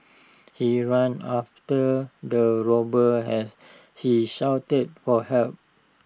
he ran after the robber as he shouted for help